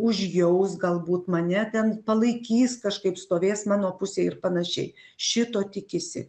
užjaus galbūt mane ten palaikys kažkaip stovės mano pusėj ir panašiai šito tikisi